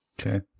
Okay